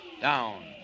down